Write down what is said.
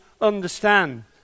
understand